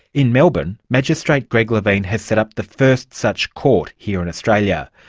in melbourne, magistrate greg levine has set up the first such court here in australia.